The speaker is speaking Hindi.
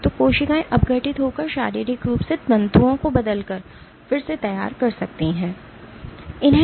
तो कोशिकाएं अपघटित होकर या शारीरिक रूप से तंतुओं को बदलकर फिर से तैयार कर सकती हैं